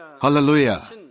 Hallelujah